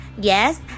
yes